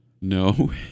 No